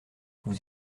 vous